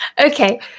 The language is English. Okay